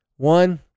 One